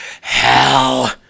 Hell